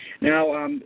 Now